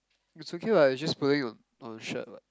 is okay what is just pulling on on a shirt what